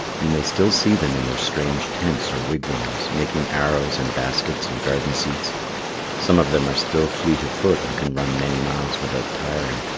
you may still see them in their strange tents or wigwams, making arrows and baskets and garden-seats. some of them are still fleet of foot and can run many miles without tiring.